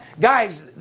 guys